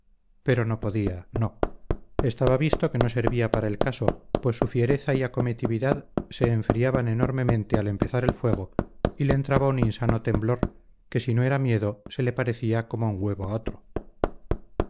pero no podía no estaba visto que no servía para el caso pues su fiereza y acometividad se enfriaban enormemente al empezar el fuego y le entraba un insano temblor que si no era miedo se le parecía como un huevo a otro